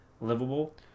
livable